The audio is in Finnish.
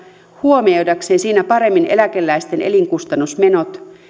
huomioidakseen siinä paremmin eläkeläisten elinkustannusmenot